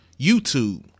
YouTube